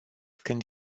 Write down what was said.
când